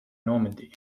normandy